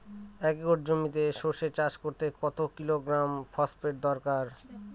এক একর জমিতে সরষে চাষ করতে কত কিলোগ্রাম ফসফেট দরকার?